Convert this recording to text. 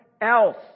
else